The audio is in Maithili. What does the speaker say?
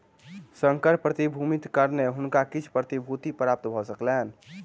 संकर प्रतिभूतिक कारणेँ हुनका किछ प्रतिभूति प्राप्त भ सकलैन